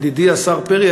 ידידי השר פרי,